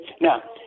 Now